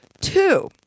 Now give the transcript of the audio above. Two